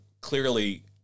clearly